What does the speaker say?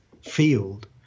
field